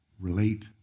relate